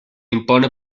impone